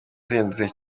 zihendutse